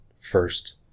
first